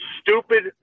Stupid